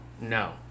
no